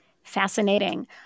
Fascinating